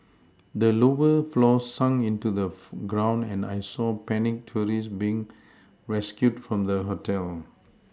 the lower floors sunk into the ground and I saw panicked tourists being rescued from the hotel